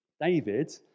David